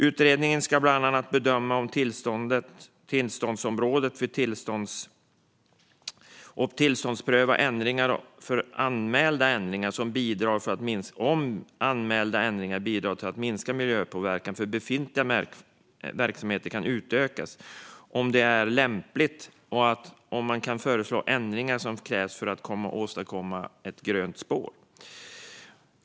Utredningen ska bland annat bedöma om tillämpningsområdet för att tillståndspröva ändringar och anmäla ändringar som bidrar till minskad miljöpåverkan för befintliga verksamheter kan utökas och, om det är lämpligt, föreslå de ändringar som krävs för att åstadkomma ett grönt spår.